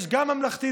יש גם ממלכתי-דתי,